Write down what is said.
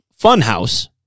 Funhouse